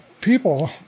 people